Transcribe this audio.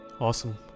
Awesome